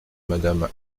madame